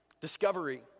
Discovery